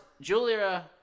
Julia